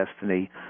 destiny